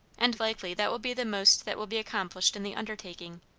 and likely that will be the most that will be accomplished in the undertaking.